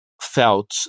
felt